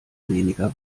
weniger